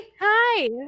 Hi